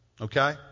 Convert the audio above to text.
Okay